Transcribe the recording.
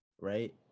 right